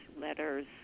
letters